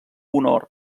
honor